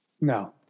No